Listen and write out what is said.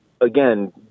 again